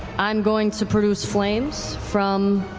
i'm going to produce flames from